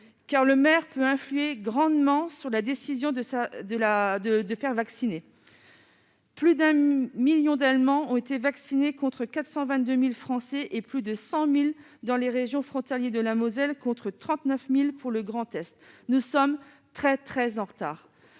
car le maire peut influer grandement sur la décision de ça de la de de faire vacciner. Plus d'un 1000000 d'Allemands ont été vaccinés contre 422000 Français et plus de 100000 dans les régions, frontalier de la Moselle, contre 39000 pour le grand test, nous sommes très très en retard,